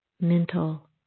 mental